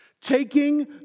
Taking